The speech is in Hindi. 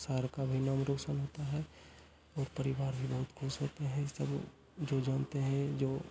शहर का भी नाम रोशन होता है और परिवार भी बहुत खुश होते हैं सब जो जानते हैं जो